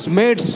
made